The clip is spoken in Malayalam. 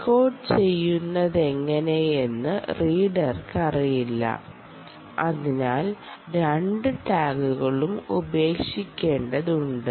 ഡീകോഡ് ചെയ്യുന്നതെങ്ങനെയെന്ന് റീഡർക്ക് അറിയില്ല അതിനാൽ രണ്ട് ടാഗുകളും ഉപേക്ഷിക്കേണ്ടതുണ്ട്